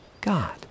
God